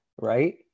right